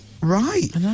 Right